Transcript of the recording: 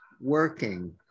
working